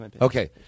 okay